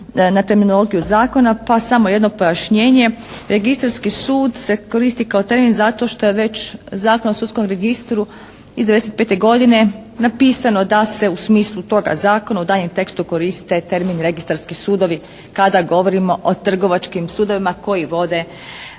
na terminologiju zakona, pa samo jedno pojašnjenje. Registarski sud se koristi kao termin zato što je već Zakon o sudskom registru iz 95. godine napisano da se u smislu toga zakona u daljnjem tekstu koristi termin registarski sudovi kada govorimo o trgovačkim sudovima koji vode